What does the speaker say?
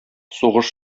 сугыш